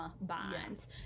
Bonds